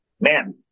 man